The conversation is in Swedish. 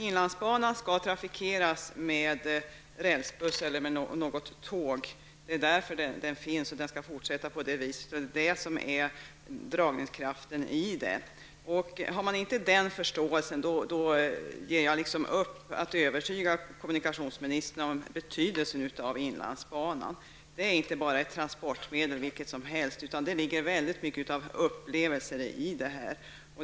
Inlandsbanan skall trafikeras med rälsbuss eller tåg. Det är därför den finns. Den skall fortsätta på det viset, och det är det som är dragningskraften. Har man inte den förståelsen ger jag upp i att försöka övertyga kommunikationsministern om betydelsen av inlandsbanan. Det är inte bara ett transportmedel vilket som helst, utan det ligger mycket av upplevelser i det.